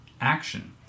action